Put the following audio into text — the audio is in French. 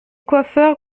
coiffeurs